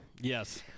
Yes